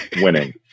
winning